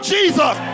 Jesus